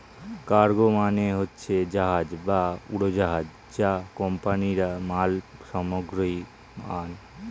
cargo মানে হচ্ছে জাহাজ বা উড়োজাহাজ যা কোম্পানিরা মাল সামগ্রী আনে